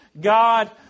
God